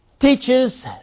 teaches